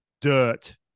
dirt